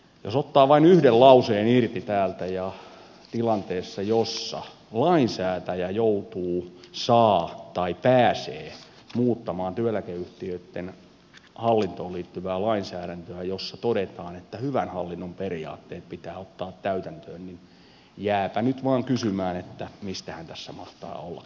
jos ottaa vain yhden lauseen irti täältä tilanteessa jossa lainsäätäjä joutuu saa tai pääsee muuttamaan työeläkeyhtiöitten hallintoon liittyvää lainsäädäntöä jossa todetaan että hyvän hallinnon periaatteet pitää ottaa täytäntöön niin jääpä nyt vain kysymään että mistähän tässä mahtaa ollakaan kysymys